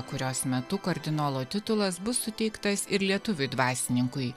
kurios metu kardinolo titulas bus suteiktas ir lietuviui dvasininkui